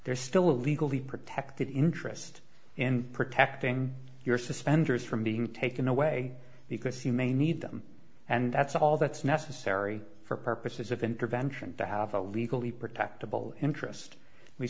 there's still a legally protected interest in protecting your suspenders from being taken away because you may need them and that's all that's necessary for purposes of intervention to have a legally protectable interest we